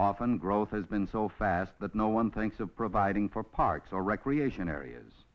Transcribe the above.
often growth has been so fast that no one thinks of providing for parks or recreation areas